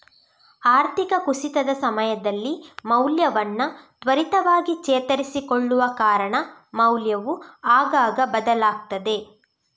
ಆರ್ಥಿಕ ಕುಸಿತದ ಸಮಯದಲ್ಲಿ ಮೌಲ್ಯವನ್ನ ತ್ವರಿತವಾಗಿ ಚೇತರಿಸಿಕೊಳ್ಳುವ ಕಾರಣ ಮೌಲ್ಯವು ಆಗಾಗ ಬದಲಾಗ್ತದೆ